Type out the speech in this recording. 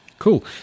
Cool